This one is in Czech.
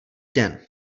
den